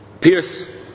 Pierce